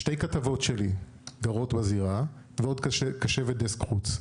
שתי כתבות שלי גרות בזירה ועוד קשבת דסק חוץ.